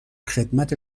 خدمت